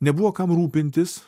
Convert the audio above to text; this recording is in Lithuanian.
nebuvo kam rūpintis